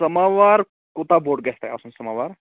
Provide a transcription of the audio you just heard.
سَماوار کوٗتاہ بوٚڈ گَژھِ تۅہہِ آسُن سَماوار